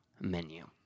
menu